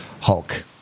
Hulk